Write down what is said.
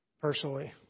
personally